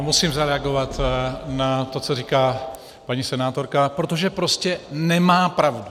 Musím zareagovat na to, co říká paní senátorka, protože prostě nemá pravdu.